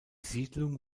siedlung